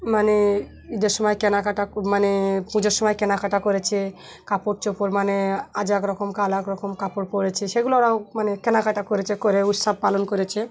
মানে ঈদের সময় কেনাকাটা মানে পুজোর সময় কেনাকাটা করেছে কাপড় চোপড় মানে আজাক রকম কালাক রকম কাপড় পরেছে সেগুলোও মানে কেনাকাটা করেছে করে উৎসব পালন করেছে